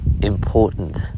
important